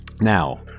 Now